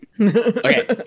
Okay